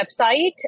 website